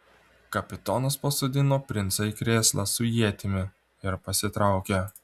kapitonas pasodino princą į krėslą su ietimi ir pasitraukė